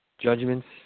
Judgments